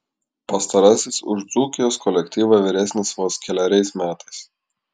pastarasis už dzūkijos kolektyvą vyresnis vos keleriais metais